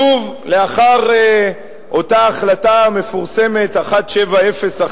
שוב לאחר אותה החלטה מפורסמת 1701,